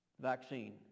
vaccine